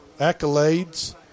accolades